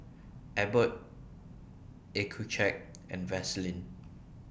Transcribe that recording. Abbott Accucheck and Vaselin